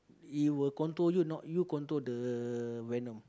he will control you not you control the venom